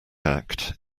act